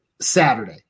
Saturday